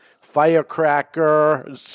Firecracker